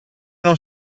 non